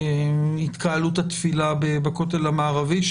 התקהלות התפילה בכותל המערבי,